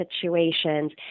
situations